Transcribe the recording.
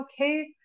okay